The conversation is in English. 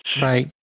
Right